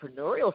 entrepreneurial